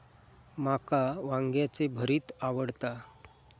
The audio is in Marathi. माका वांग्याचे भरीत आवडता